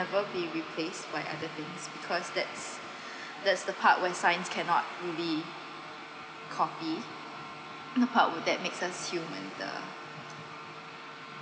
never be replaced by other things because that's that's the part where science cannot really copy in the part would that makes us humaner